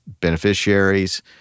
beneficiaries